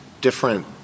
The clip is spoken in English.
different